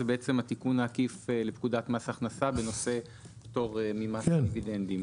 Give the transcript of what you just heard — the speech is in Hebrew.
זה בעצם התיקון העקיף לפקודת מס הכנסה בנושא פטור ממס דיבידנדים.